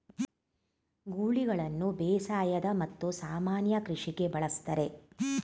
ಗೂಳಿಗಳನ್ನು ಬೇಸಾಯದ ಮತ್ತು ಸಾಮಾನ್ಯ ಕೃಷಿಗೆ ಬಳಸ್ತರೆ